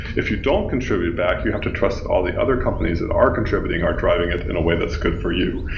if you don't contribute back, you have to trust all the other companies that are contributing or driving it in a way that's good for you.